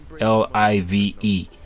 L-I-V-E